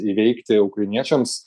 įveikti ukrainiečiams